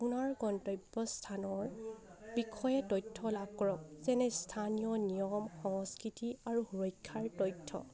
আপোনাৰ গন্তব্য স্থানৰ বিষয়ে তথ্য লাভ কৰক যেনে স্থানীয় নিয়ম সংস্কৃতি আৰু সুৰক্ষাৰ তথ্য